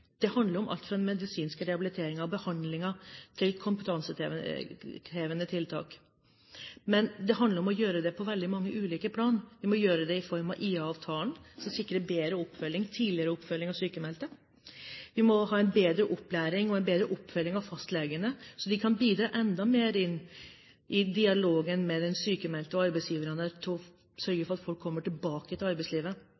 det handler om alt fra medisinsk rehabilitering og behandling til kompetansehevende tiltak. Men det handler om å gjøre det på veldig mange ulike plan. Vi må gjøre det i form av IA-avtalen, som sikrer bedre og tidligere oppfølging av sykmeldte. Vi må ha en bedre opplæring og en bedre oppfølging av fastlegene, så de kan bidra enda mer i dialogen mellom den sykmeldte og arbeidsgiver, og sørge for at folk kommer tilbake til